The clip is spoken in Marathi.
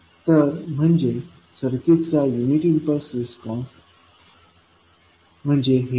तर हे म्हणजे सर्किटचा युनिट इम्पल्स रिस्पॉन्स आहे